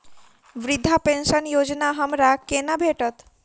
वृद्धा पेंशन योजना हमरा केना भेटत?